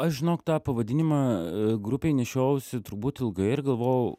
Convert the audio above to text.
aš žinok tą pavadinimą grupei nešiojausi turbūt ilgai ir galvojau